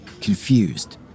confused